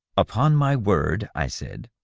upon my word, i said,